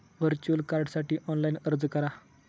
virtual कार्डसाठी online अर्ज करा